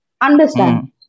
understand